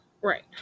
Right